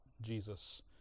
Jesus